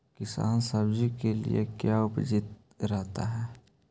किसान सब्जी के लिए क्यों उपस्थित रहता है?